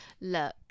Look